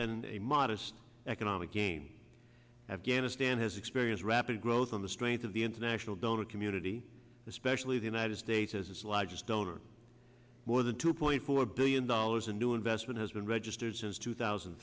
been a modest economic gain afghanistan has experienced rapid growth on the strength of the international donor community especially the united states as its largest donor more than two point four billion dollars a new investment has been registered since two thousand